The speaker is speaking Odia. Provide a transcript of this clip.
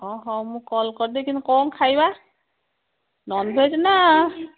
ମୁଁ କଲ୍ କରିଦେବି କିନ୍ତୁ କ'ଣ ଖାଇବା ନନଭେଜ୍ ନା